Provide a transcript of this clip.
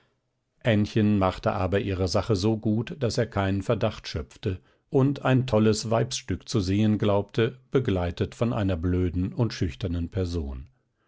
ännchen machte aber ihre sache so gut daß er keinen verdacht schöpfte und ein tolles weibsstück zu sehen glaubte begleitet von einer blöden und schüchternen person